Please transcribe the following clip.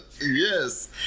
Yes